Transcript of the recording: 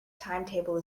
timetable